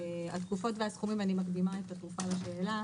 התקופות והסכומים אני מקדימה את התרופה לשאלה